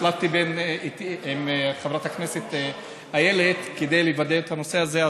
החלפתי עם חברת הכנסת איילת כדי לוודא את הנושא הזה.